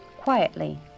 quietly